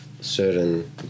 certain